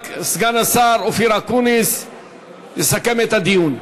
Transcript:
סגן השר אופיר אקוניס יסכם את הדיון.